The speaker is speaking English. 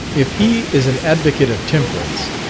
if he is an advocate of temperance,